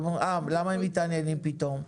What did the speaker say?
אז הוא אומר: אה, למה הם מתעניינים פתאום?